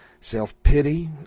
self-pity